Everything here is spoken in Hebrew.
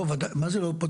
לא, מה זה לא?